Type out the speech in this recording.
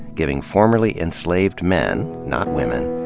giving formerly enslaved men, not women,